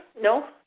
No